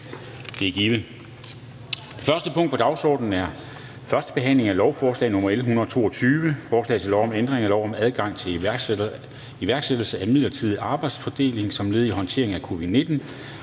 Det er givet. --- Det første punkt på dagsordenen er: 1) 1. behandling af lovforslag nr. L 122: Forslag til lov om ændring af lov om adgang til iværksættelse af midlertidig arbejdsfordeling som led i håndteringen af covid-19